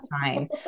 time